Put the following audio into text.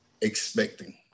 expecting